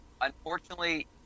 unfortunately